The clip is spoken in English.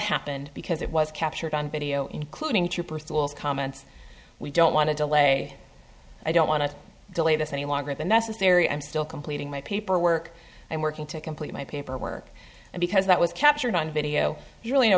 happened because it was captured on video including troopers tools comments we don't want to delay i don't want to delay this any longer than necessary i'm still completing my paperwork and working to complete my paperwork and because that was captured on video really